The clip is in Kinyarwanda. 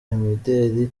imideli